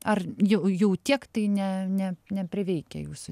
ar jau jau tiek tai ne ne nepriveikia jūsų